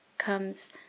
comes